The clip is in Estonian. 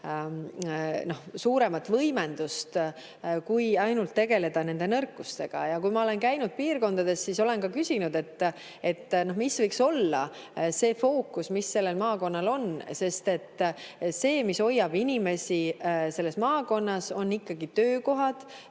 suuremat võimendust, ei ole vaja tegeleda ainult nende nõrkustega. Kui ma olen käinud piirkondades, siis olen ka küsinud, mis võiks olla see fookus, mis sellel maakonnal on. See, mis hoiab inimesi selles maakonnas, on ikkagi töökohad